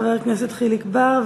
חבר הכנסת חיליק בר,